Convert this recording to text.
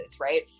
right